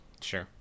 Sure